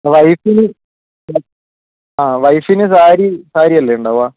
വൈഫിന് ആ വൈഫിനു സാരീ സാരിയല്ലേ ഉണ്ടാവുക